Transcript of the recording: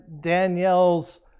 Danielle's